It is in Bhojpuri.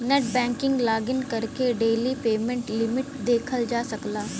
नेटबैंकिंग लॉगिन करके डेली पेमेंट लिमिट देखल जा सकला